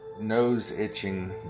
nose-itching